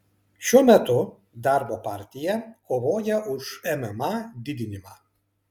šiuo metu darbo partija kovoja už mma didinimą